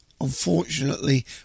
unfortunately